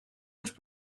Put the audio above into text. els